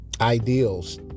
ideals